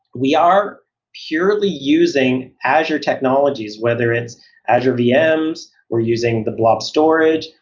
we are purely using azure technologies, whether it's azure vms, we're using the blob storage,